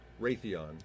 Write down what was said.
Raytheon